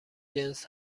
جنس